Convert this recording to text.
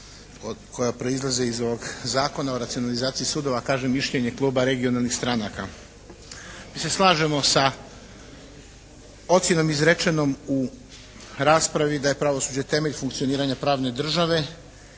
koja proizlaze iz ovog Zakona o racionalizaciji sudova kažem mišljenje kluba Regionalnih stranaka. Mi se slažemo sa ocjenom izrečenom u raspravi da je pravosuđe temelj funkcioniranja pravne države